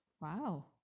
wow